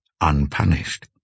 unpunished